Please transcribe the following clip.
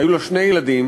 היו לה שני ילדים,